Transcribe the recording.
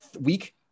week